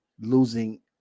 losing